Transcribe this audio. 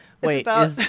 Wait